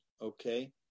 okay